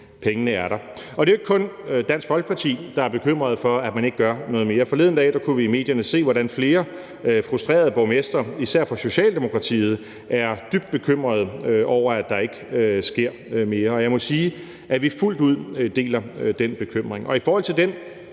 Pengene er der. Kl. 15:35 Det er jo ikke kun Dansk Folkeparti, der er bekymret over, at man ikke gør noget mere. Forleden dag kunne vi i medierne se, hvordan flere frustrerede borgmestre, især fra Socialdemokratiet, er dybt bekymrede over, at der ikke sker mere, og jeg må sige, at vi fuldt ud deler den bekymring. I forhold til den